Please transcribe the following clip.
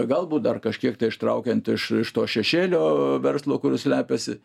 galbūt dar kažkiek tai ištraukiant iš iš to šešėlio verslo kur slepiasi